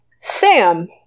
Sam